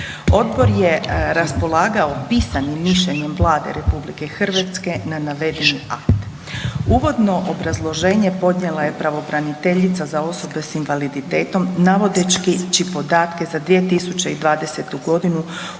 Odbor je raspolagao pisanim mišljenjem Vlade RH na navedeni akt. Uvodno obrazloženje podnijela je pravobraniteljica za osobe s invaliditetom navodeći podatke za 2020. godinu